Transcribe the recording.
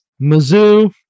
Mizzou